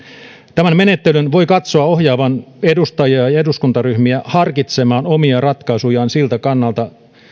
tämän menettelyn voi katsoa ohjaavan edustajia ja ja eduskuntaryhmiä harkitsemaan omia ratkaisujaan siltä kannalta